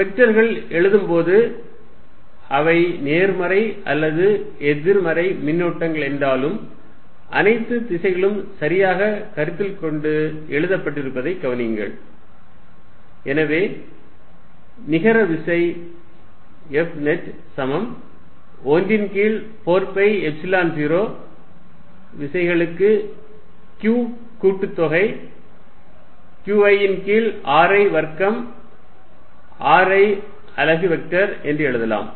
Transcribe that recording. Fnet14π0qQ1r12r1Q2r22r2 வெக்டர்கள் எழுதும்போது அவை நேர்மறை அல்லது எதிர்மறை மின்னூட்டங்கள் என்றாலும் அனைத்து திசைகளும் சரியாக கருத்தில் கொண்டு எழுதப்பட்டிருப்பதைக் கவனியுங்கள் எனவே நிகர விசை FNet சமம் 1 ன் கீழ் 4 பை எப்சிலன் 0 விசைகளுக்கு q கூட்டுத்தொகை Qi ன் கீழ் ri வர்க்கம் ri அலகு வெக்டர் என்று எழுதலாம்